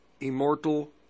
immortal